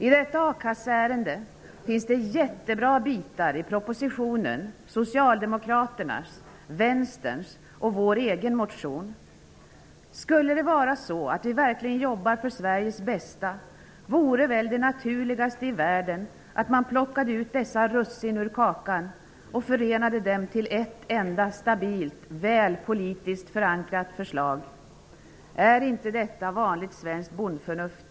I detta a-kasseärende finns det jättebra bitar i propositionen, i Socialdemokraternas, i Vänsterns och i vår egen motion. Om vi verkligen jobbade för Sveriges bästa vore det väl den naturligaste sak i världen att man plockade ut dessa russin ur kakan och förenade dem till ett enda stabilt, politiskt väl förankrat förslag? Är inte detta vanligt svenskt bondförnuft?